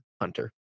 Hunter